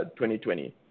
2020